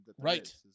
Right